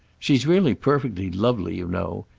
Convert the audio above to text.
she's really perfectly lovely, you know.